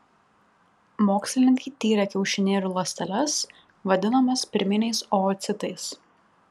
mokslininkai tyrė kiaušinėlių ląsteles vadinamas pirminiais oocitais